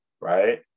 right